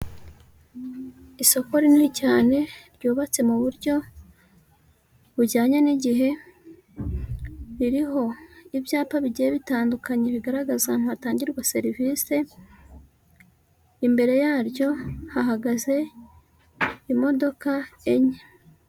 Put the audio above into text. Isoko rinini cyane ryubatse mu buryo bujyanye n'igihe, ririho ibyapa bigiye bitandukanye bigaragaza ahantu hatangirwa serivisi, imbere yaryo hahagaze imodoka enye.